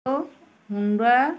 Honda